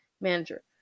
Manager